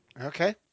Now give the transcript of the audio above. Okay